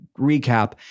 recap